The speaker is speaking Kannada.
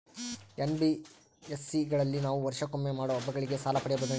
ಎನ್.ಬಿ.ಎಸ್.ಸಿ ಗಳಲ್ಲಿ ನಾವು ವರ್ಷಕೊಮ್ಮೆ ಮಾಡೋ ಹಬ್ಬಗಳಿಗೆ ಸಾಲ ಪಡೆಯಬಹುದೇನ್ರಿ?